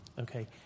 Okay